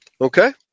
Okay